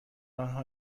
آنها